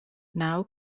now